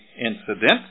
incident